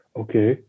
okay